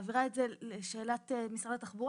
אני מעבירה את זה לשאלת משרד התחבורה.